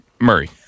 Murray